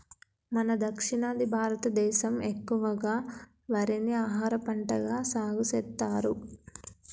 మన దక్షిణాది భారతదేసం ఎక్కువగా వరిని ఆహారపంటగా సాగుసెత్తారు